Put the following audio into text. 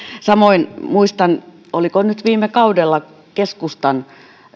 samoin muistan oliko nyt viime kaudella että keskustan